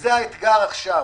וזה האתגר עכשיו.